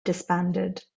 disbanded